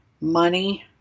money